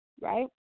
right